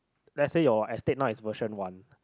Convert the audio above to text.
let's say your estate now is version one